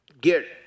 get